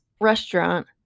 restaurant